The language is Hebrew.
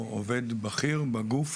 או עובד בכיר בגוף